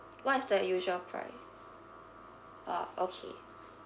what is the usual price ah okay